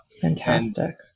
Fantastic